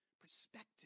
perspective